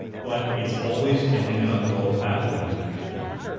but it's always i think an uphill battle in these kinds of cases.